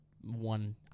one